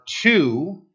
two